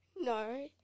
No